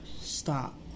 Stop